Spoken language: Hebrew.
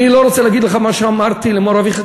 אני לא רוצה להגיד לך מה שאמרתי למור אביך,